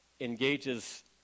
engages